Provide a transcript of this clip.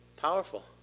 Powerful